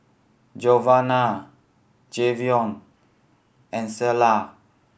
Giovanna Jayvion and Clella